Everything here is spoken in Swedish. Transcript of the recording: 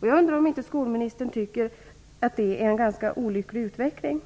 Jag undrar om inte skolministern tycker att det är en ganska olycklig utveckling.